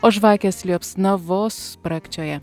o žvakės liepsna vos sprakčioja